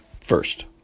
first